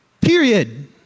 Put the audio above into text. Period